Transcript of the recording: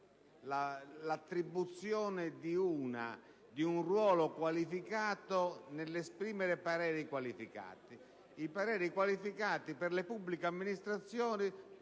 l'attribuzione di un ruolo qualificato nell'esprimere pareri qualificati. I pareri qualificati per le pubbliche amministrazioni